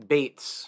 Bates